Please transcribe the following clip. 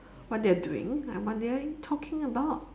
what they are doing and what they are talking about